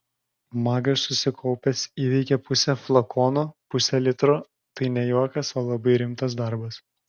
magas susikaupęs įveikė pusę flakono pusė litro tai ne juokas o labai rimtas darbas